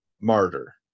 martyr